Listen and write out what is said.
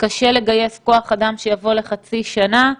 קשה לגייס כוח אדם שיבוא לחצי שנה.